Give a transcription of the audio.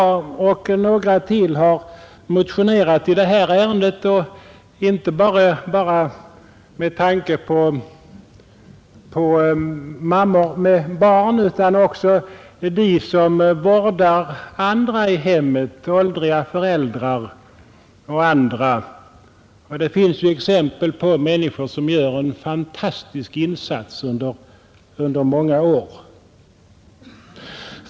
Jag och några till har motionerat i detta ärende, inte bara med tanke på mammor med barn utan också med tanke på dem som vårdar andra i hemmet, t.ex. åldriga föräldrar. Det finns exempel på människor som gör en fantastisk insats under många år.